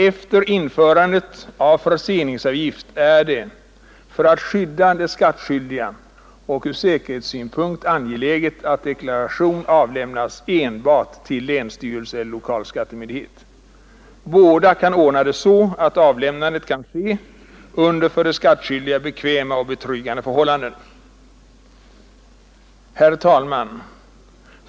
Efter införandet av förseningsavgift är det för skydd av de skattskyldiga och ur säkerhetssynpunkt angeläget att deklaration avlämnas enbart till länsstyrelse eller lokal skattemyndighet. Båda kan ordna det så att avlämnandet kan ske under för de skattskyldiga bekväma och betryggande förhållanden. Herr talman!